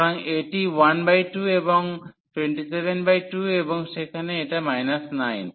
সুতরাং এটি 12 এবং 272 এবং সেখানে এটা 9